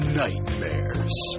nightmares